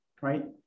right